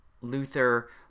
Luther